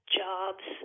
jobs